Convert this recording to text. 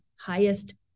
highest